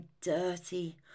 dirty